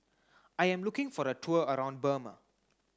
I am looking for a tour around Burma